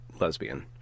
lesbian